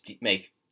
make